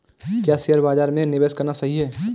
क्या शेयर बाज़ार में निवेश करना सही है?